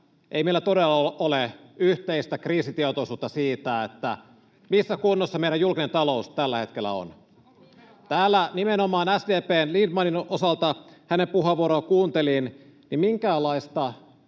ei meillä todella ole yhteistä kriisitietoisuutta siitä, missä kunnossa meidän julkinen talous tällä hetkellä on. Täällä nimenomaan SDP:n Lindtmanin osalta, hänen puheenvuoroaan kun kuuntelin, minkäänlaista